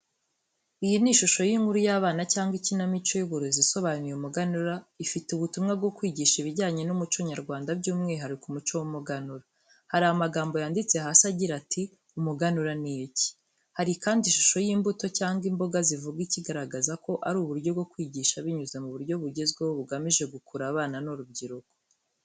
Iyi ni shusho y’inkuru y’abana cyangwa ikinamico y’uburezi isobanuye umuganura, ifite ubutumwa bwo kwigisha ibijyanye n'umuco nyarwanda by'umwihariko umuco w’umuganura. Hari amagambo yanditse hasi agira ati: "Umuganura ni iki?” Hari kandi ishusho y’imbuto cyangwa imboga zivuga, ikigaragaza ko ari uburyo bwo kwigisha binyuze mu buryo bugezweho, bugamije gukurura abana n’urubyiruko.